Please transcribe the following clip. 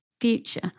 future